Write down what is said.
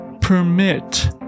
permit